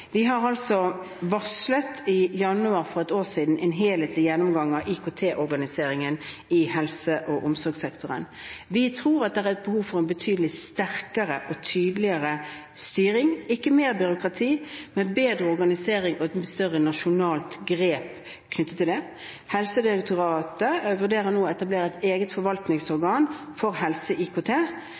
Vi varslet altså i januar for et år siden en helhetlig gjennomgang av IKT-organiseringen i helse- og omsorgssektoren. Vi tror at det er et behov for en betydelig sterkere og tydeligere styring – ikke mer byråkrati, men bedre organisering og et mye større nasjonalt grep knyttet til dette. Helsedirektoratet vurderer nå å etablere et eget forvaltningsorgan for